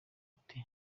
ati